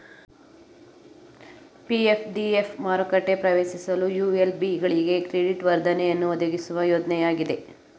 PF DF ಮಾರುಕೆಟ ಪ್ರವೇಶಿಸಲು ULB ಗಳಿಗೆ ಕ್ರೆಡಿಟ್ ವರ್ಧನೆಯನ್ನು ಒದಗಿಸುವ ಯೋಜ್ನಯಾಗಿದೆ